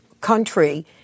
country